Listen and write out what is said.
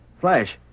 Flash